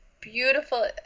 beautiful